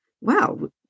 wow